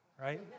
right